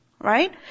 right